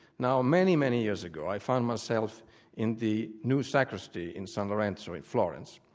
now many, many years ago i found myself in the new sacristy in san lorenzo in florence,